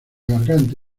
garganta